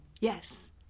Yes